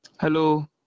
Hello